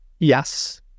Yes